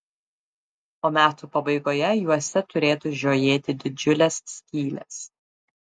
o metų pabaigoje juose turėtų žiojėti didžiulės skylės